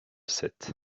sept